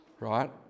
Right